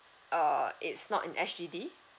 uh it's not in S_G_D